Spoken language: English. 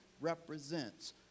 represents